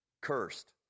Cursed